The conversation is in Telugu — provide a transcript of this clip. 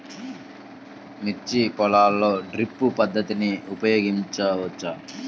మిర్చి పొలంలో డ్రిప్ పద్ధతిని ఉపయోగించవచ్చా?